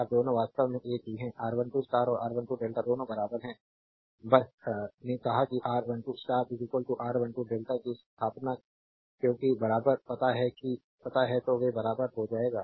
अब दोनों वास्तव में एक ही R12 स्टार और R12 डेल्टा दोनों बराबर है बस ने कहा कि R12 स्टार R12 डेल्टा की स्थापना क्योंकि बराबर पता है तो वे बराबर हो जाएगा